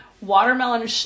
Watermelon